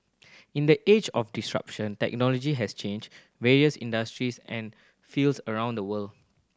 in the age of disruption technology has changed various industries and fields around the world